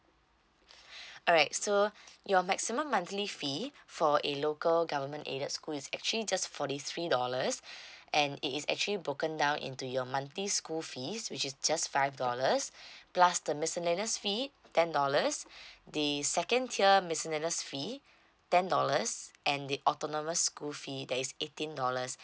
alright so your maximum monthly fee for a local government aided school is actually just forty three dollars and it is actually broken down into your monthly school fees which is just five dollars plus the miscellaneous fee ten dollars the second tier miscellaneous fee ten dollars and the autonomous school fee that is eighteen dollars